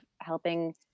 helping